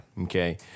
Okay